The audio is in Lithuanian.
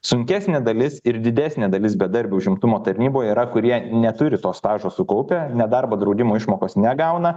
sunkesnė dalis ir didesnė dalis bedarbių užimtumo tarnyboj yra kurie neturi to stažo sukaupę nedarbo draudimo išmokos negauna